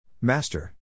Master